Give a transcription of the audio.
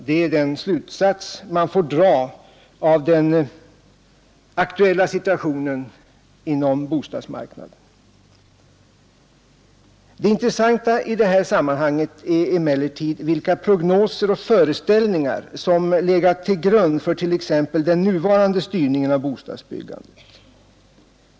Det är den slutsats man får dra av den aktuella situationen på bostadsmarknaden. Det intressanta i sammanhanget är emellertid vilka prognoser och föreställningar som legat till grund för t.ex. den nuvarande styrningen av bostadsbyggandet.